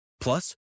Plus